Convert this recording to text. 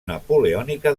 napoleònica